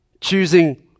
Choosing